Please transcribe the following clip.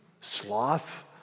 sloth